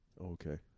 Okay